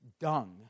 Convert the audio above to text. dung